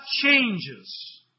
changes